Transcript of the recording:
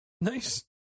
Nice